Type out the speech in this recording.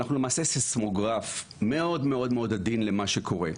אנחנו למעשה סיסמוגרף מאוד מאוד מאוד עדין למה שקורה.